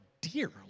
dear